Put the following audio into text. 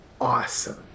Awesome